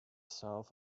south